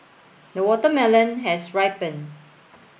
the watermelon has ripened